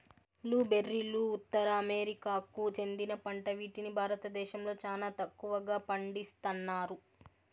blue బెర్రీలు ఉత్తర అమెరికాకు చెందిన పంట వీటిని భారతదేశంలో చానా తక్కువగా పండిస్తన్నారు